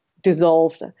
dissolved